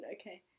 Okay